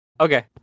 Okay